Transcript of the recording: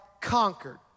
conquered